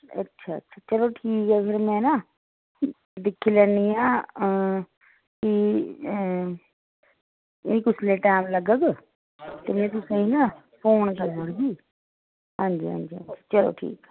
अच्छा अच्छा चलो ठीक ऐ फिर में ना दिक्खी लैन्नी आं ते मिगी जिसलै टैम लग्गग ना ते में फोन करी ओड़गी आं जी आं जी चलो ठीक